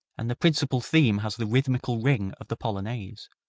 and the principal theme has the rhythmical ring of the polonaise,